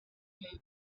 movie